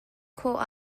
khawh